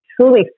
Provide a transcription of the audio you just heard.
truly